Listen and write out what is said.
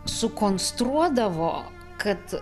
sukonstruodavo kad